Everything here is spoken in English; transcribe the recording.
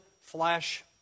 flesh